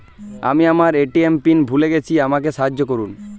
আমি আমার ATM PIN ভুলে গেছি আমাকে সাহায্য করুন